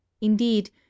indeed